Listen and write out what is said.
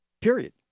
period